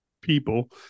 people –